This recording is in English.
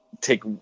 take